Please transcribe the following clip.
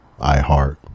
iHeart